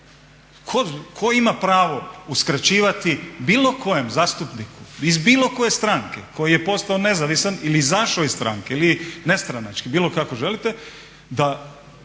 Tko ima pravo uskraćivati bilo kojem zastupniku iz bilo koje stranke koji je postao nezavisan ili izašao iz stranke ili nestranački, bilo kako želite,